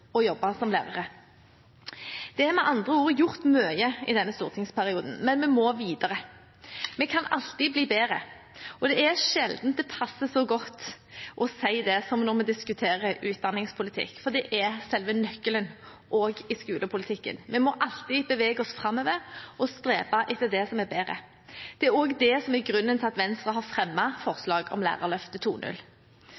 og jobbe som lærere. Det er med andre ord gjort mye i denne stortingsperioden, men vi må videre. Vi kan alltid bli bedre. Og det er sjelden det passer så godt å si det som når vi diskuterer utdanningspolitikk, for det er selve nøkkelen, også i skolepolitikken. Vi må alltid bevege oss framover og strebe etter det som er bedre. Det er også grunnen til at Venstre har